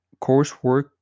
coursework